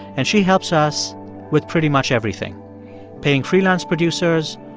and she helps us with pretty much everything paying freelance producers,